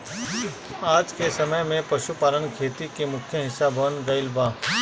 आजके समय में पशुपालन खेती के मुख्य हिस्सा बन गईल बा